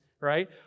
Right